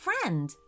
friend